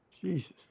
Jesus